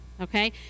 okay